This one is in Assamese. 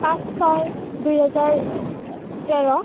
পাঁচ ছয় দুই হেজাৰ তেৰ